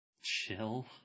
chill